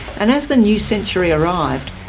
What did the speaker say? and as the new century arrived,